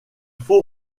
faut